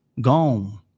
gone